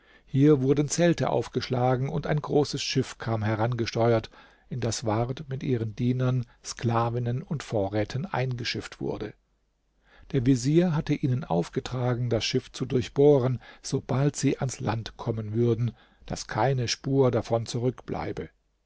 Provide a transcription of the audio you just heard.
hier wurden zelte aufgeschlagen und ein großes schiff kam herangesteuert in das ward mit ihren dienern sklavinnen und vorräten eingeschifft wurde der vezier hatte ihnen aufgetragen das schiff zu durchbohren sobald sie ans land kommen würden daß keine spur davon zurückbleibe